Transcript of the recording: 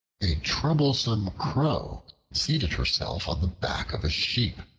a troublesome crow seated herself on the back of a sheep.